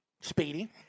Speedy